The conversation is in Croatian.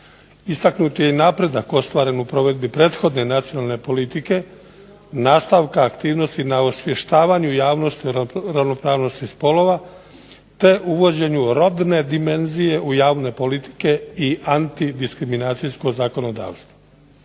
Istaknut je i napredak ostvaren u provedbi prethodne nacionalne politike, nastavka aktivnosti na osvještavanju javnosti o ravnopravnosti spolova te uvođenju rodne dimenzije u javne politike i antidiskriminacijsko zakonodavstvo.